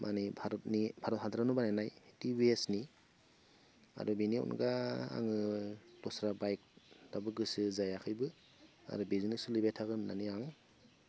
माने भारतनि भारत हादरावनो बानायनाय टिभिएसनि आरो बेनि अनगायै आङो दस्रा बाइक दाबो गोसो जायाखैबो आरो बेजोंनो सोलिबाय थागोन होननानै आङो